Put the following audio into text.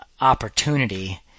opportunity